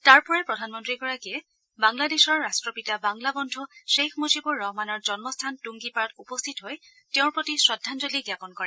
তাৰপৰাই প্ৰধানমন্ত্ৰীগৰাকীয়ে বাংলাদেশৰ ৰাট্টপিতা বাংলা বদ্ধ গ্ৰেইখ মুজিবৰ ৰহমানৰ জন্মস্থান তুংগীপাৰাত উপস্থিত হৈ তেওঁৰ প্ৰতি শ্ৰদ্ধাঞ্জলি জ্ঞাপন কৰে